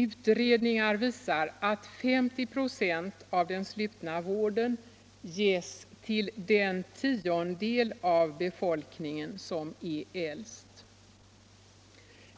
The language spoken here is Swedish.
Utredningar visar att 50 96 av den slutna vården ges till den tiondel av befolkningen som är äldst.